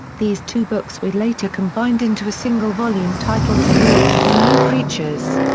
these two books were later combined into a single volume titled the lords and the new creatures.